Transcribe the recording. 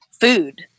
food